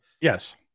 Yes